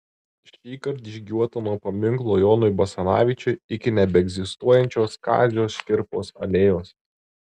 šįkart žygiuota nuo paminklo jonui basanavičiui iki nebeegzistuojančios kazio škirpos alėjos